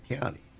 County